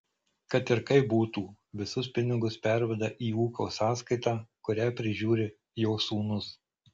kad ir kaip būtų visus pinigus perveda į ūkio sąskaitą kurią prižiūri jo sūnus